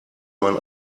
man